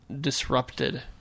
disrupted